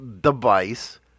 device